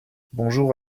bonjour